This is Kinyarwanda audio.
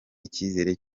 icyizere